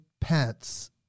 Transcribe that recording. pets